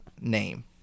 name